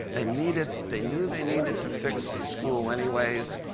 they needed they knew they needed to fix the school anyways.